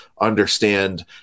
understand